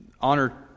honor